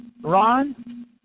Ron